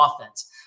offense